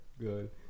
good